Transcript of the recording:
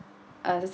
uh